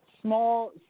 small